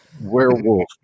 Werewolf